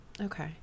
Okay